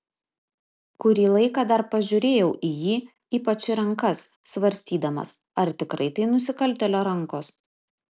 kurį laiką dar pažiūrėjau į jį ypač į rankas svarstydamas ar tikrai tai nusikaltėlio rankos